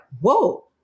whoa